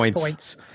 points